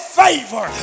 favor